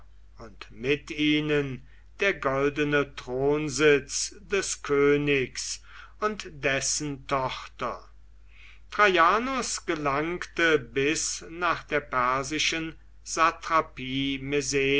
und mit ihnen der goldene thronsitz des königs und dessen tochter traianus gelangte bis nach der persischen